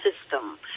system